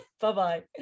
bye-bye